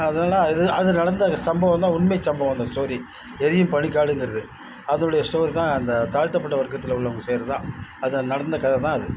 அதெல்லாம் அது அது நடந்த சம்பவம்தான் உண்மைச் சம்பவம் அந்த ஸ்டோரி எரியும் பனிக்காடுங்கறது அதுவுடைய ஸ்டோரி தான் அந்த தாழ்த்தப்பட்ட வர்க்கத்தில் உள்ளவங்க செய்கிறது தான் அது நடந்த கதை தான் அது